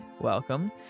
welcome